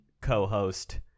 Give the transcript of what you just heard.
co-host